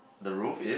the roof is